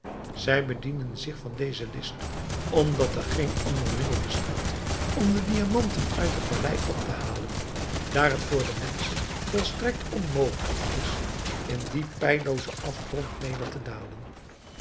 zij bedienen zich van deze list omdat er geen ander middel bestaat om de diamanten uit de vallei op te halen daar het voor de menschen volstrekt onmogelijk is in dien peilloozen afgrond neder te dalen